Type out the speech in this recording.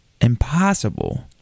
impossible